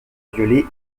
violer